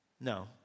no